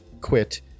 quit